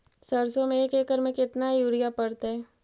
सरसों में एक एकड़ मे केतना युरिया पड़तै?